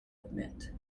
admit